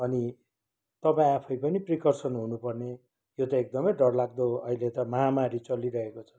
अनि तपाईँ आफू पनि प्रिकर्सन हुनुपर्ने त्यो त एकदमै डरलाग्दो अहिले त महामारी चलिरहेको छ